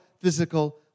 physical